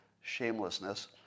shamelessness